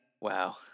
Wow